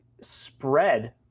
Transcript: spread